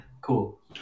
Cool